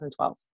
2012